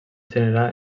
generar